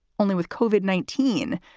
only with cova nineteen,